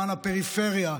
למען הפריפריה,